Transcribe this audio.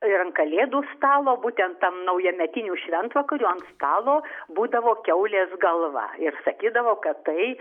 ir ant kalėdų stalo būtent tam naujametinių šventvakarių ant stalo būdavo kiaulės galva ir sakydavo kad tai